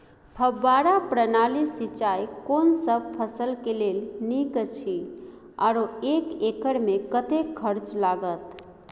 फब्बारा प्रणाली सिंचाई कोनसब फसल के लेल नीक अछि आरो एक एकर मे कतेक खर्च लागत?